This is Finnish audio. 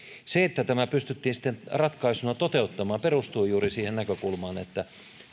se että tämä pystyttiin sitten ratkaisuna toteuttamaan perustui juuri siihen näkökulmaan että